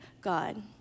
God